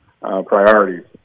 priorities